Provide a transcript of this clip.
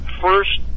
first